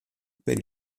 per